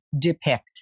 depict